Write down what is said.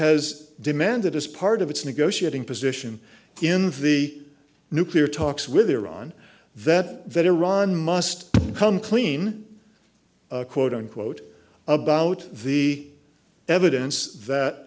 has demanded as part of its negotiating position in the nuclear talks with iran that that iran must come clean quote unquote about the evidence that